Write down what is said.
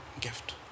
gift